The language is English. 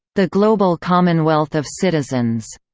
the global commonwealth of citizens.